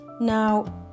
Now